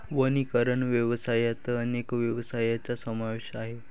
वनीकरण व्यवसायात अनेक व्यवसायांचा समावेश आहे